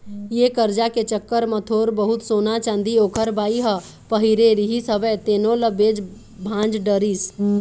ये करजा के चक्कर म थोर बहुत सोना, चाँदी ओखर बाई ह पहिरे रिहिस हवय तेनो ल बेच भांज डरिस